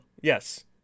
yes